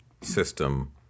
system